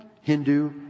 hindu